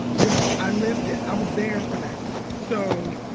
you know? i lived it. i was there for that. so